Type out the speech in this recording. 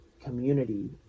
community